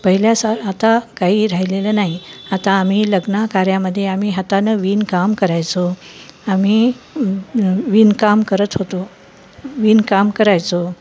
पहिल्यास आता काही राहिलेलं नाही आता आम्ही लग्न कार्यामध्ये आम्ही हातानं विणकाम करायचो आम्ही विणकाम करत होतो विणकाम करायचो